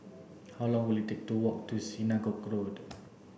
how long will it take to walk to Synagogue